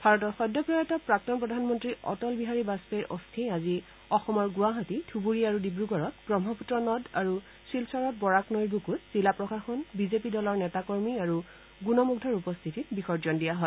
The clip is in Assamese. ভাৰতৰ সদ্যপ্ৰয়াত প্ৰাক্তন প্ৰধানমন্ত্ৰী অটল বিহাৰী বাজপেয়ীৰ চিতাভ ধুবুৰী আৰু ডিব্ৰুগড়ত ব্ৰহ্মপুত্ৰ নদ আৰু শিলচৰত বৰাক নৈৰ বুকুত জিলা প্ৰশাসন বিজেপি দলৰ নেতাকৰ্মী আৰু গুণমঙ্ধৰ উপস্থিতিত বিসৰ্জন দিয়া হয়